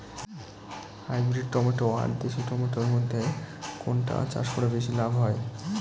Hybrid tomato আর দেশি tomato এর মইধ্যে কোনটা চাষ করা বেশি লাভ হয়?